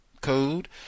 code